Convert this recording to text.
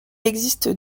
existe